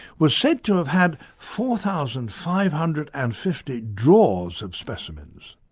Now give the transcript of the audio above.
was said to have had four thousand five hundred and fifty drawers of specimens.